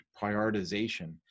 prioritization